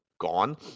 gone